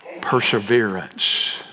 perseverance